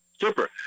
super